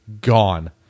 gone